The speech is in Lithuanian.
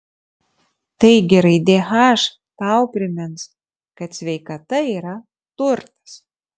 taigi raidė h tau primins kad sveikata yra turtas